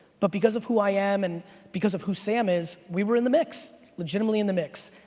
but because of who i am and because of who sam is, we were in the mix. legitimately in the mix.